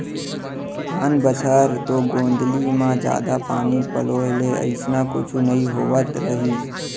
आन बछर तो गोंदली म जादा पानी पलोय ले अइसना कुछु नइ होवत रहिस